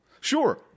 Sure